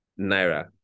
naira